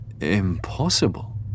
Impossible